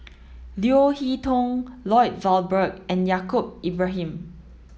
Leo Hee Tong Lloyd Valberg and Yaacob Ibrahim